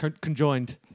conjoined